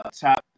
top